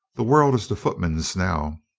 the world is the footman's now.